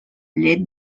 llet